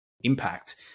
impact